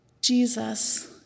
Jesus